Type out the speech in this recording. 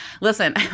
Listen